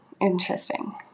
interesting